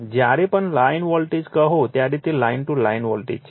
જ્યારે પણ line voltage કહો ત્યારે તે લાઇન ટુ લાઇન વોલ્ટેજ છે